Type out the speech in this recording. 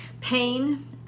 pain